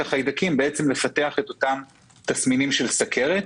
החיידקים לפתח את אותם תסמינים של סוכרת.